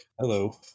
Hello